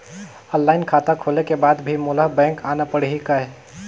Online खाता खोले के बाद भी मोला बैंक आना पड़ही काय?